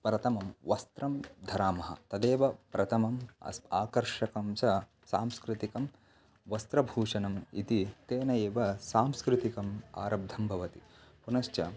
प्रथमं वस्त्रं धरामः तदेव प्रथमम् अस् आकर्षकं च सांस्कृतिकं वस्त्रभूषणम् इति तेनैव सांस्कृतिकम् आरब्धं भवति पुनश्च